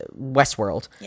Westworld